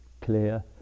clear